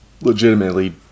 legitimately